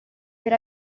per